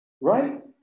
Right